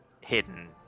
hidden